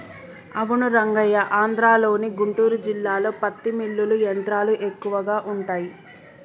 అవును రంగయ్య ఆంధ్రలోని గుంటూరు జిల్లాలో పత్తి మిల్లులు యంత్రాలు ఎక్కువగా ఉంటాయి